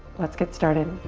let's get started.